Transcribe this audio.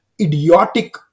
idiotic